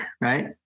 right